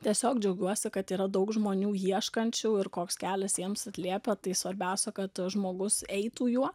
tiesiog džiaugiuosi kad yra daug žmonių ieškančių ir koks kelias jiems atliepia tai svarbiausia kad žmogus eitų juo